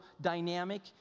dynamic